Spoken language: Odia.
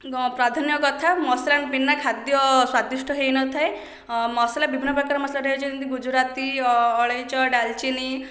ପ୍ରାଧ୍ୟାନ୍ୟ କଥା ମସଲା ବିନା ଖାଦ୍ୟ ସ୍ଵାଦିଷ୍ଟ ହେଇନଥାଏ ମସଲା ବିଭିନ୍ନପ୍ରକାର ମସଲା ରହିଛି ଯେମିତି ଗୁଜୁରାତି ଅଳେଇଚ ଡାଲଚିନି